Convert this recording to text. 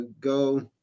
go